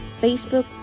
Facebook